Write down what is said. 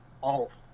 off